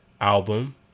album